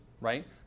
right